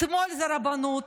אתמול זה הרבנות,